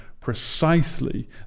precisely